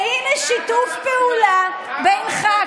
והינה שיתוף פעולה בינך,